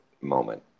moment